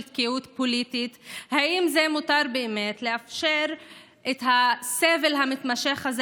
תקיעוּת פוליטית מותר באמת לאפשר את הסבל המתמשך הזה